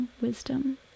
wisdom